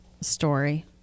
story